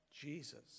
Jesus